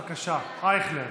בבקשה, אייכלר.